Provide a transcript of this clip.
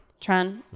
Tren